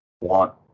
want